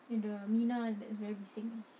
you the minah that's very bising